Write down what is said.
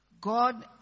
God